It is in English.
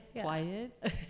Quiet